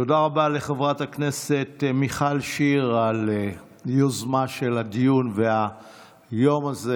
תודה רבה לחברת הכנסת מיכל שיר על היוזמה של הדיון והיום הזה.